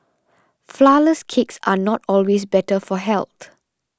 Flourless Cakes are not always better for